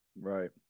Right